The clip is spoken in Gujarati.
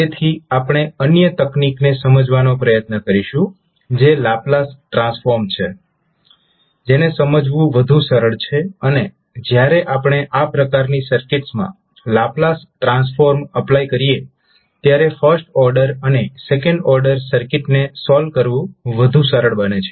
તેથી આપણે અન્ય તકનીકને સમજવાનો પ્રયત્ન કરીશું જે લાપ્લાસ ટ્રાન્સફોર્મ છે જેને સમજવું વધુ સરળ છે અને જ્યારે આપણે આ પ્રકારની સર્કિટ્સમાં લાપ્લાસ ટ્રાન્સફોર્મ એપ્લાય કરીએ ત્યારે ફર્સ્ટ ઓર્ડર અને સેકન્ડ ઓર્ડર સર્કિટ ને સોલ્વ કરવું વધુ સરળ બને છે